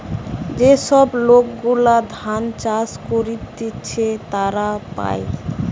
যে সব লোক গুলা ধান চাষ করতিছে তারা পায়